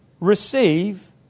receive